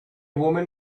woman